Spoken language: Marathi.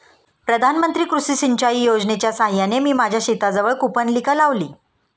प्रधानमंत्री कृषी सिंचाई योजनेच्या साहाय्याने मी माझ्या शेताजवळ कूपनलिका लावली